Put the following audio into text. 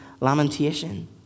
lamentation